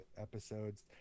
episodes